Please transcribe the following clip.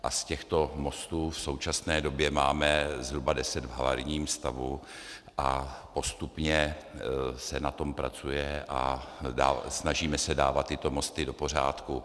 A z těchto mostů v současné době máme zhruba 10 v havarijním stavu a postupně se na tom pracuje a snažíme se dávat tyto mosty do pořádku.